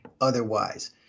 otherwise